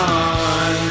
on